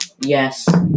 Yes